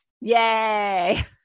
Yay